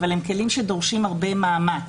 אבל הם כלים שדורשים הרבה מאמץ,